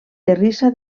terrissa